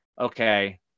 okay